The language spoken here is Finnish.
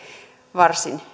varsin